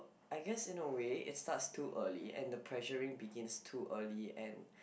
I guess in a way it starts too early and the pressuring begins too early and